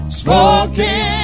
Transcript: spoken